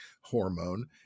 Hormone